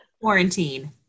quarantine